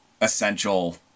essential